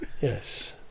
Yes